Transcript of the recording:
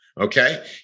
okay